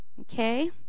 okay